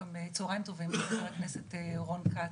צוהריים טובים גם לחבר הכנסת רון כץ.